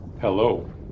Hello